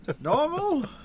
Normal